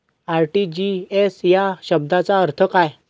RTGS या शब्दाचा अर्थ काय?